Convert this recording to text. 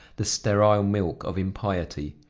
the sterile milk of impiety.